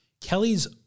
Kelly's